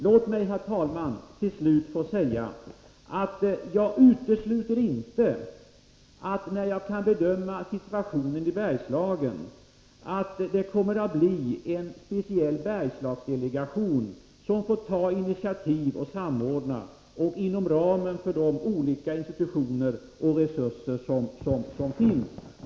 Låt mig, herr talman, till slut få säga att jag inte utesluter att det när jag kan bedöma situationen i Bergslagen kommer att bildas en speciell Bergslagendelegation, som får ta initiativ och verka samordnande inom ramen för de olika institutioner och resurser som finns.